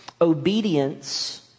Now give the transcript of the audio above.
Obedience